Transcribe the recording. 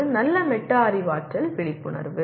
அது நல்ல மெட்டா அறிவாற்றல் விழிப்புணர்வு